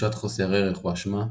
תחושת חוסר ערך\אשמה,